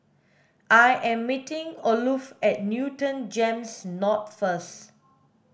I am meeting Olof at Newton GEMS North first